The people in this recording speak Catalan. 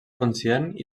conscient